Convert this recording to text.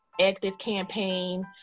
ActiveCampaign